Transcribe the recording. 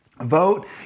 vote